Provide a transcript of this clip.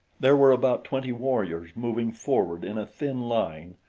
there were about twenty warriors moving forward in a thin line,